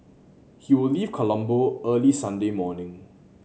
he will leave Colombo early Sunday morning